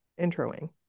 introing